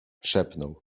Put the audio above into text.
szepnął